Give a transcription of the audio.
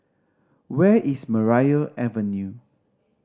where is Maria Avenue